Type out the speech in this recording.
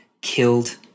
killed